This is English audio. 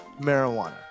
marijuana